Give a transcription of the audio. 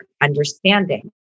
understanding